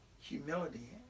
humility